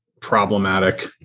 problematic